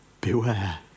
beware